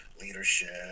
leadership